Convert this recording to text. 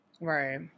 Right